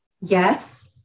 yes